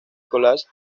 college